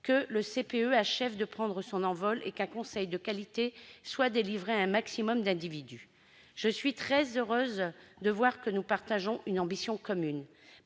que « le CEP achève de prendre son envol, et qu'un conseil de qualité soit délivré à un maximum d'individus ». Je suis très heureuse de constater que nous partageons une ambition commune.